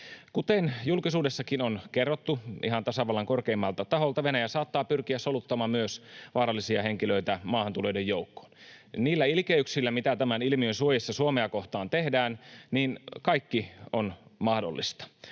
Kuten julkisuudessakin on kerrottu ihan tasavallan korkeimmalta taholta, Venäjä saattaa pyrkiä soluttamaan myös vaarallisia henkilöitä maahantulijoiden joukkoon. Niillä ilkeyksillä, mitä tämän ilmiön suojissa Suomea kohtaan tehdään, kaikki on mahdollista.